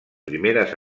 primeres